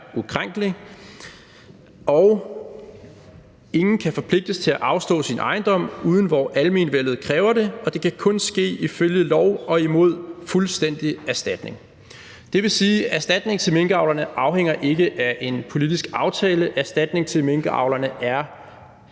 Ingen kan tilpligtes at afstå sin ejendom, uden hvor almenvellet kræver det. Det kan kun ske ifølge lov og mod fuldstændig erstatning.« Det vil sige, at erstatning til minkavlerne ikke afhænger af en politisk aftale. Erstatning til minkavlerne er